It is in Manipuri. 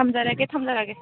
ꯊꯝꯖꯔꯒꯦ ꯊꯝꯖꯔꯒꯦ